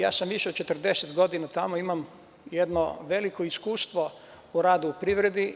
Ja sam više od 40 godina tamo i imam jedno veliko iskustvo u radu u privredi.